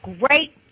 great